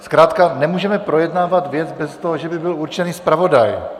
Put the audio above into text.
Zkrátka nemůžeme projednávat věc bez toho, že by byl určený zpravodaj.